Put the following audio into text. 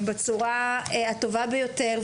בצורה הטובה ביותר,